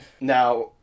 Now